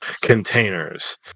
containers